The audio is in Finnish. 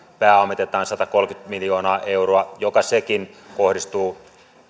pääomitetaan satakolmekymmentä miljoonaa euroa joka sekin kohdistuu